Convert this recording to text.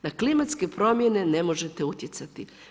Na klimatske promjene ne možete utjecati.